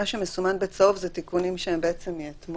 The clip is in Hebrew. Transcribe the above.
מה שמסומן בצהוב זה תיקונים שהם מאתמול.